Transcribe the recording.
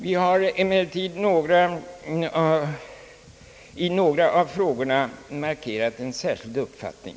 Vi har emellertid i några av frågorna markerat en särskild uppfattning.